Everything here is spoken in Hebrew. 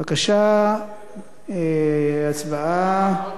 בבקשה, הצבעה.